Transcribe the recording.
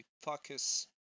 focus